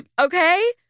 Okay